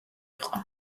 იყო